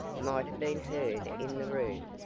might have been heard in the room.